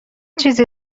چیزی